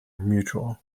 mutual